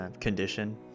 condition